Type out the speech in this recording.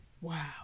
Wow